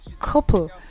couple